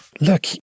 Look